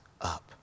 up